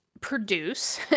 produce